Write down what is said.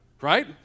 Right